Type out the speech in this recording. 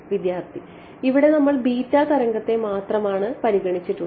വിദ്യാർത്ഥി ഇവിടെ നമ്മൾ ബീറ്റ തരംഗത്തെ മാത്രമാണ് പരിഗണിച്ചിട്ടുള്ളത്